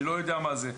אני לא יודע מה זה.